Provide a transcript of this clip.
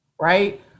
right